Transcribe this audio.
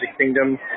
Kingdom